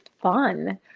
fun